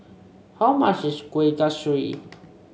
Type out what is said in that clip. how much is Kueh Kasturi